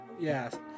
yes